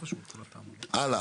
הלאה.